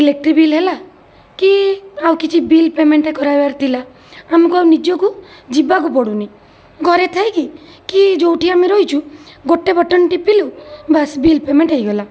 electric bill ହେଲା କି ଆଉକିଛି ବିଲ୍ ପେମେଣ୍ଟ କରାଇବାର ଥିଲା ଆମକୁ ଆଉ ନିଜକୁ ଯିବାକୁ ପଡ଼ୁନି ଘରେ ଥାଇକି କି ଯେଉଁଠି ଆମେ ରହିଛୁ ଗୋଟେ ବଟନ୍ ଟିପିଲୁ ବାସ୍ ବିଲ୍ ପେମେଣ୍ଟ ହେଇଗଲା